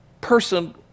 person